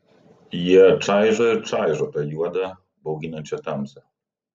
jie čaižo ir čaižo tą juodą bauginančią tamsą